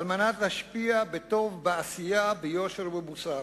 כדי להשפיע בטוב, בעשייה, ביושר ובמוסר.